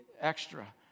extra